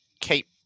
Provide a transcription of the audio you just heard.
keep